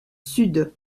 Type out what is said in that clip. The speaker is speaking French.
sud